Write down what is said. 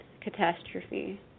catastrophe